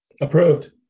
Approved